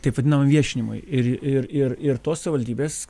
taip vadinamam viešinimui ir ir ir ir tos savivaldybės